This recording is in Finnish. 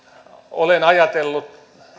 olen ajatellut